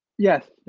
yes,